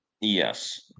Yes